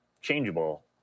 changeable